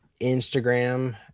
Instagram